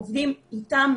עובדים איתם,